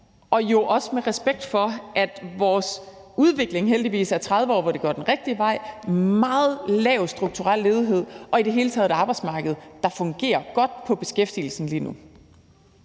og jo også med respekt for, at vores udvikling heldigvis i 30 år har været, at det går den rigtige vej med meget lav strukturel ledighed og i det hele taget et arbejdsmarked, der fungerer godt på beskæftigelsen lige nu?